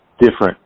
different